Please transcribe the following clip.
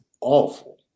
awful